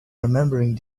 remembering